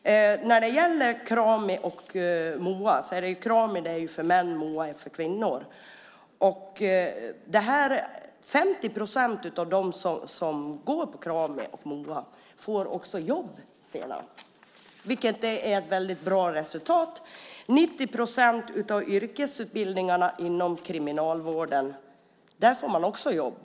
Krami är för män och MOA för kvinnor. 50 procent av dem som går på Krami och MOA får också jobb sedan, vilket är ett väldigt bra resultat. 90 procent av dem som går yrkesutbildning inom kriminalvården får också jobb.